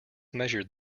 measured